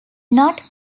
not